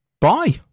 Bye